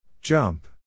Jump